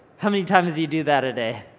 how many times you do that a day?